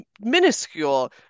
minuscule